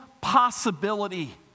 possibility